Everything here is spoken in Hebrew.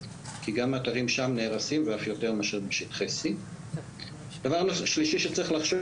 כי גם האתרים שם נהרסים ואף יותר מאשר בשטחי C. דבר שלישי שצריך לחשוב